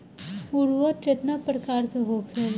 उर्वरक केतना प्रकार के होला?